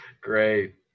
Great